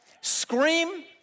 scream